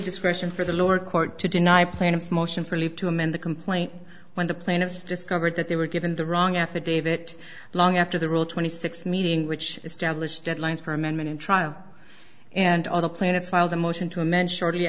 discretion for the lower court to deny plaintiff's motion for leave to amend the complaint when the plaintiffs discovered that they were given the wrong affidavit long after the rule twenty six meeting which established deadlines for amendment and trial and other planets filed a motion to amend shortly